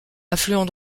affluent